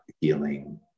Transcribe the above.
healing